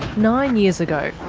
nine years ago,